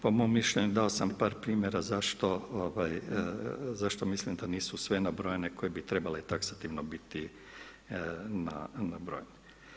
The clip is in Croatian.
Po mom mišljenju dao sam par primjera zašto mislim da nisu sve nabrojane koje bi trebale taksativno biti nabrojene.